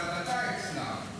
זו הדתה אצלם.